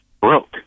broke